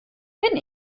bin